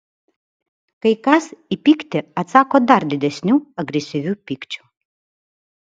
kai kas į pyktį atsako dar didesniu agresyviu pykčiu